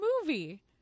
movie